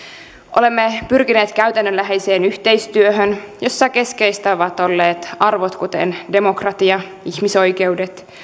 olemme pyrkineet käytännönläheiseen yhteistyöhön jossa keskeistä ovat olleet arvot kuten demokratia ihmisoikeudet